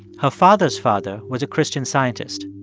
her father's father was a christian scientist.